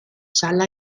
sala